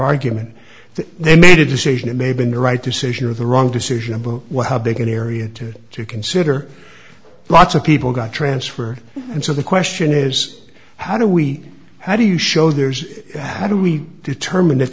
argument that they made a decision it may have been the right decision or the wrong decision but what how big an area to to consider lots of people got transferred and so the question is how do we how do you show there's a how do we determine